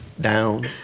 down